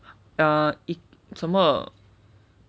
err i~ 怎么